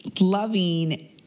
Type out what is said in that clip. loving